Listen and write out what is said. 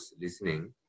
listening